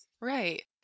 Right